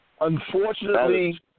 unfortunately